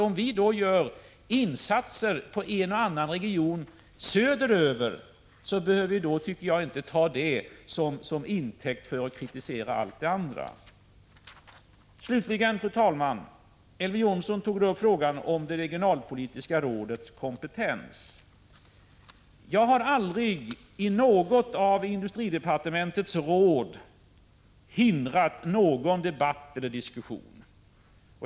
Om vi då gör insatser i en och annan region söder över behöver man inte ta detta till intäkt för att kritisera allt annat. Slutligen, fru talman: Elver Jonsson tog upp frågan om det regionalpolitiska rådets kompetens. Jag har aldrig i något av industridepartementets råd hindrat någon debatt eller diskussion.